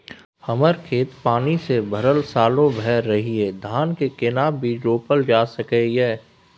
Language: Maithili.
हमर खेत पानी से भरल सालो भैर रहैया, धान के केना बीज रोपल जा सकै ये?